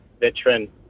Veteran